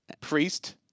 priest